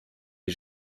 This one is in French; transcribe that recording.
est